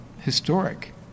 historic